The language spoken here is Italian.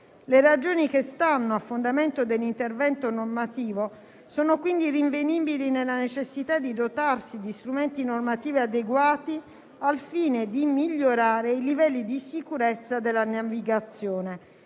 Le ragioni che stanno a fondamento dell'intervento normativo sono quindi rinvenibili nella necessità di dotarsi di strumenti normativi adeguati al fine di migliorare i livelli di sicurezza della navigazione.